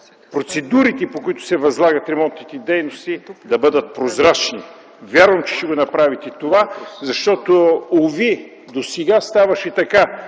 процедурите, по които се възлагат ремонтните дейности, да бъдат прозрачни. Вярвам, че ще направите това, защото, уви, досега ставаше така,